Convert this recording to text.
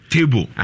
Table